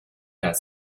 that